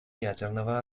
ядерного